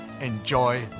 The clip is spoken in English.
Enjoy